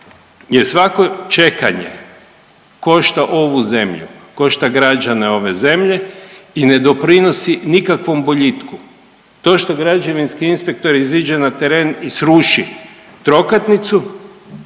svako čekanje košta ovu zemlju, košta građane ove zemlje i ne doprinosi nikakvom boljitku. To što građevinski inspektor iziđe na teren i sruši trokatnicu